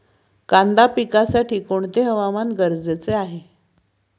कांदा पिकासाठी कोणते हवामान गरजेचे आहे?